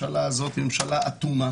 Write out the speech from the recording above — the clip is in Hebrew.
- הממשלה הזאת היא ממשלה אטומה,